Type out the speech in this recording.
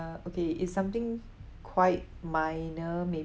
uh okay it's something quite minor maybe